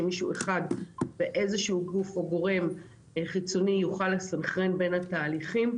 שמישהו אחד באיזשהו גוף או גורם חיצוני יוכל לסנכרן בין התהליכים,